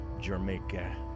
Jamaica